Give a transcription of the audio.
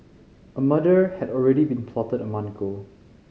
a murder had already been plotted a month ago